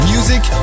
Music